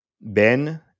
Ben